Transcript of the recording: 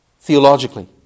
Theologically